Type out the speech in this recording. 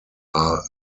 are